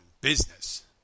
business